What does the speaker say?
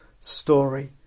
story